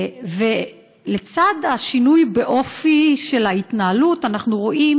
לצד השינוי באופי של ההתנהלות אנחנו רואים